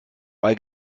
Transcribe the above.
bei